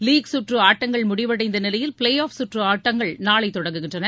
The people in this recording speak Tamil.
லீக் சுற்று ஆட்டங்கள் முடிவடைந்த நிலையில் ப்ளே ஆப் சுற்று நாளை தொடங்குகிறது